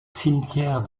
cimetière